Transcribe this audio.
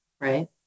right